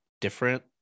different